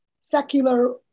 secular